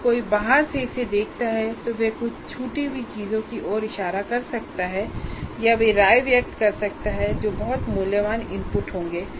जब कोई बाहर से इसे देखता है तो वह कुछ छूटी हुई चीजों की ओर इशारा कर सकता है या वे राय व्यक्त कर सकते हैं जो बहुत मूल्यवान इनपुट होंगे